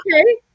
okay